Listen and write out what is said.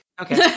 Okay